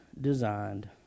designed